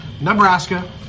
Nebraska